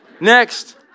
Next